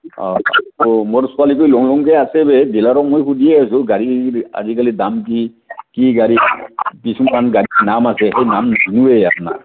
অ' মোৰ ছোৱালীটোয়ে লওঁ লওঁকে আছে ডিলাৰক মই সুধি আছোঁ গাড়ী আজিকালি দাম কি কি গাড়ী কিছুমান গাড়ীৰ নাম আছে